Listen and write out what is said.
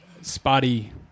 spotty